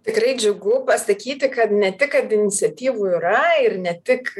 tikrai džiugu pasakyti kad ne tik kad iniciatyvų yra ir ne tik